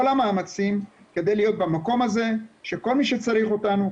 המאמצים כדי להיות במקום הזה שכל מי שצריך אותנו,